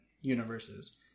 universes